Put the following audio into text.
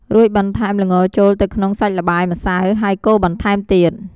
រួចបន្ថែុមល្ងចូលទៅក្នុងសាច់ល្បាយម្សៅ ហើយកូរបន្ថែមទៀត។